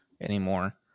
anymore